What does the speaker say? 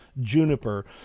juniper